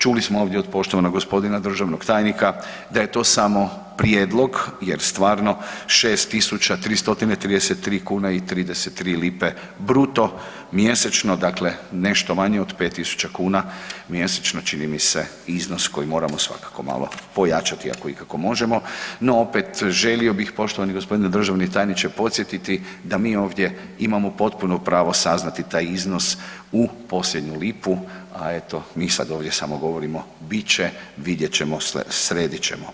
Čuli smo ovdje od poštovanog g. državnog tajnika da je to samo prijedlog jer stvarno 6 333 kn i 33 lp bruto mjesečno, dakle nešto manje od 5 000 kn mjesečno, čini mi se, iznos koji moramo svakako malo pojačati ako ikako možemo, no opet, želio bi poštovani g. državni tajniče, podsjetiti da mi ovdje imamo potpuno pravo saznati taj iznos u posljednju lipu, a eto mi sad ovdje samo govorimo, bit će, vidjet ćemo, sredit ćemo.